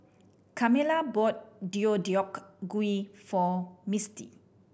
Carmella bought Deodeok Gui for Mistie